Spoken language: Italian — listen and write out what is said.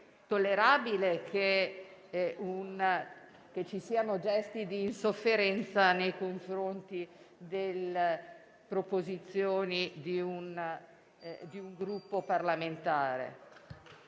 tollerabile che ci siano gesti di insofferenza nei confronti delle proposizioni di un Gruppo parlamentare.